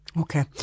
Okay